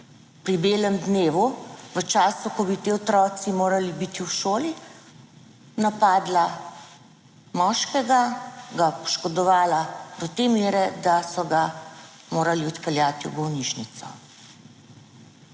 pri belem dnevu, v času, ko bi ti otroci morali biti v šoli, napadla moškega, ga poškodovala do te mere, da so ga morali odpeljati v bolnišnico.